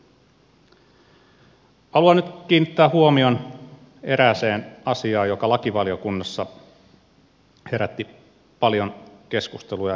haluan nyt kiinnittää huomion erääseen asiaan joka lakivaliokunnassa herätti paljon keskustelua ja kiinnostusta